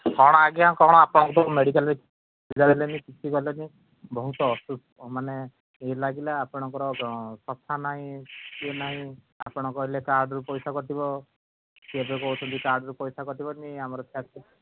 କ'ଣ ଆଜ୍ଞା କ'ଣ ଆପଣଙ୍କୁ ମେଡ଼ିକାଲ୍ ସୁବିଧା ଦେଲେନି କିଛି କଲେନି ବହୁତ ଅସୁ ମାନେ ଇଏ ଲାଗିଲା ଆପଣଙ୍କର ସଫା ନାହିଁ କି ନାହିଁ ଆପଣ କହିଲେ କାର୍ଡ଼ରୁ ପଇସା କଟିବ ସିଏ ଏବେ କହୁଛନ୍ତି କାର୍ଡ଼ରୁ ପଇସା କଟିବନି ଆମର